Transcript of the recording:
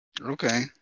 Okay